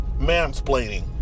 mansplaining